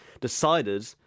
decided